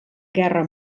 guerra